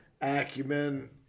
acumen